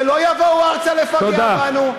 ולא יבואו ארצה לפגע בנו.